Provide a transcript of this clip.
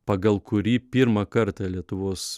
pagal kurį pirmą kartą lietuvos